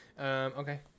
Okay